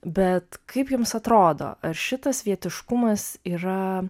bet kaip jums atrodo ar šitas vietiškumas yra